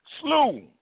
slew